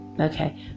Okay